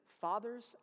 fathers